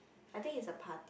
I think is a party